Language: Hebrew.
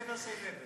Never say never.